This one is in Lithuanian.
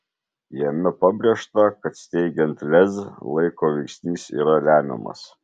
jame pabrėžta kad steigiant lez laiko veiksnys yra lemiamas